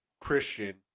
Christian